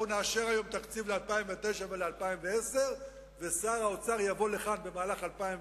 אנחנו נאשר היום תקציב ל-2009 ול-2010 ושר האוצר יבוא לכאן במהלך 2010